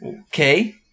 okay